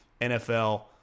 NFL